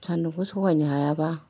सान्दुंखौ सहायनो हायाबा